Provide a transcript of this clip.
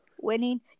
winning